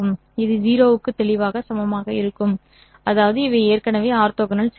இது 0 க்கு தெளிவாக சமம் அதாவது இவை ஏற்கனவே ஆர்த்தோகனல் சிக்னல்கள்